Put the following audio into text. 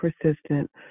persistent